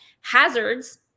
hazards